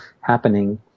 happening